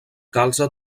calze